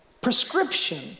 prescription